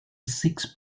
six